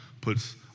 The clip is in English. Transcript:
puts